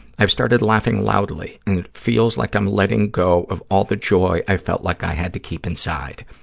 i've started laughing loudly, and it feels like i'm letting go of all the joy i felt like i had to keep inside.